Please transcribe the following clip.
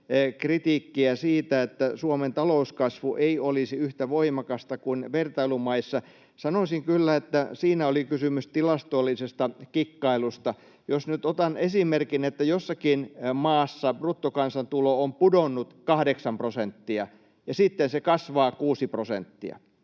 kritiikkiä siitä, että Suomen talouskasvu ei olisi yhtä voimakasta kuin vertailumaissa. Sanoisin kyllä, että siinä oli kysymys tilastollisesta kikkailusta. Jos nyt otan esimerkin, että jossakin maassa bruttokansantulo on pudonnut 8 prosenttia ja sitten se kasvaa 6 prosenttia,